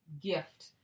gift